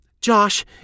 Josh